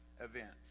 events